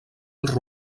els